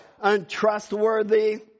untrustworthy